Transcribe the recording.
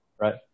right